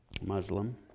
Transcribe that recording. Muslim